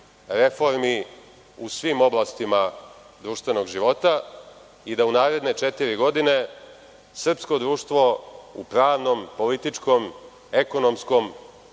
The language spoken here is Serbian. reformi u svim oblastima društvenog života i da u naredne četiri godine srpsko društvo u pravnom, političkom, ekonomskom